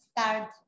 start